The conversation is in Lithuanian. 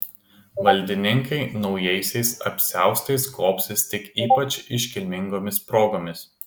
valdininkai naujaisiais apsiaustais gobsis tik ypač iškilmingomis progomis